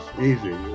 easy